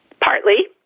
Partly